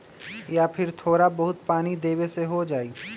या फिर थोड़ा बहुत पानी देबे से हो जाइ?